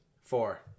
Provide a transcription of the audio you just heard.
Four